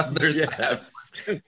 Yes